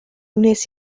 wnes